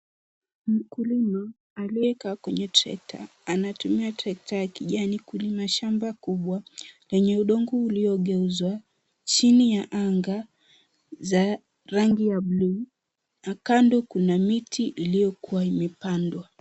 Mkulima aliyekaa kwenye trekta, anatumia trekta ya kijani kulima shamba kubwa lenye udongo uliogeuzwa. Chini ya anga za rangi ya blue na kando kuna miti iliyokuwa imepandwa.